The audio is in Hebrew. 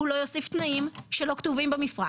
הוא לא יוסיף תנאים שלא כתובים במפרט.